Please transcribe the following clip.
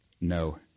no